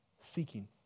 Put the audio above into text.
seeking